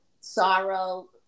sorrow